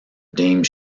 dame